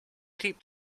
deep